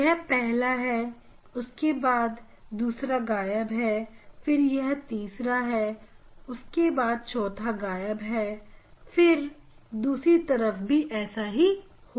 यह पहला है उसके बाद दूसरा गायब है फिर यह तीसरा है उसके बाद चौथा गायब है और दूसरी तरफ भी ऐसा ही हो रहा है